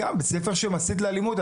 לומדת בבית ספר שמסית לאלימות.